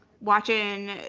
watching